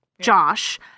Josh